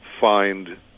find